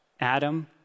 Adam